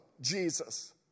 Jesus